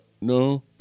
no